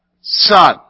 son